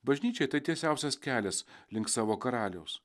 bažnyčiai tai tiesiausias kelias link savo karaliaus